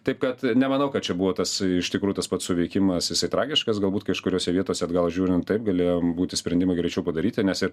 taip kad nemanau kad čia buvo tas iš tikrų tas pats suveikimas jisai tragiškas galbūt kažkuriose vietose atgal žiūrint taip galėjo būti sprendimai greičiau padaryta nes ir